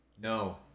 no